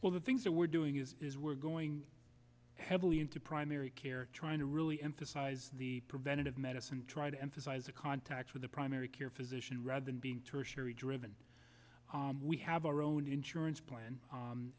well the things that we're doing is we're going heavily into primary care trying to really emphasize the preventative medicine try to emphasize a contact with a primary care physician rather than being tertiary driven we have our own insurance plan